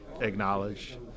acknowledge